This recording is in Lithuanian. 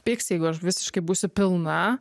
pyks jeigu aš visiškai būsiu pilna